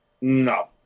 No